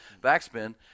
Backspin